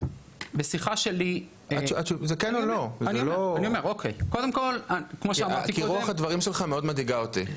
זו שאלה של כן או לא ורוח הדברים שלך מאוד מדאיגה אותי.